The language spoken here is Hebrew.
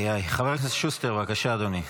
חבר הכנסת שוסטר, בבקשה, אדוני.